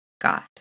God